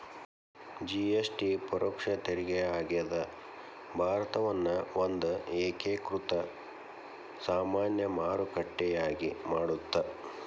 GST ಪರೋಕ್ಷ ತೆರಿಗೆ ಆಗ್ಯಾದ ಭಾರತವನ್ನ ಒಂದ ಏಕೇಕೃತ ಸಾಮಾನ್ಯ ಮಾರುಕಟ್ಟೆಯಾಗಿ ಮಾಡತ್ತ